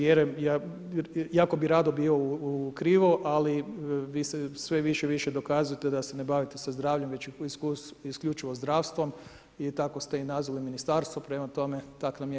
Jako bio rado bio u krivo, ali vi sve više i više dokazujete da se ne bavite sa zdravljem već isključivo zdravstvom i tako ste i nazvali ministarstvo, prema tome tako nam je kako nam je.